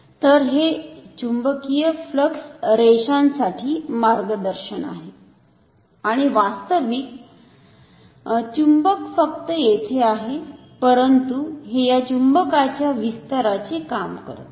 तर हे चुंबकीय फ्लक्स रेषांसाठी मार्गदर्शन आहे आणि वास्तविक चुंबक फक्त येथे आहे परंतु हे या चुंबकाच्या विस्ताराचे काम करते